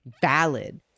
valid